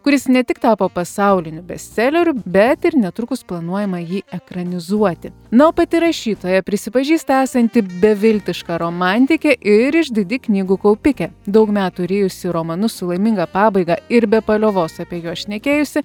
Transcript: kuris ne tik tapo pasauliniu bestseleriu bet ir netrukus planuojama jį ekranizuoti na o pati rašytoja prisipažįsta esanti beviltiška romantikė ir išdidi knygų kaupikė daug metų rijusi romanus su laiminga pabaiga ir be paliovos apie juos šnekėjusi